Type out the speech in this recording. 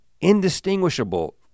indistinguishable